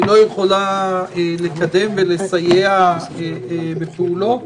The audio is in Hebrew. אז היא לא יכולה לקדם ולסייע בפעולות?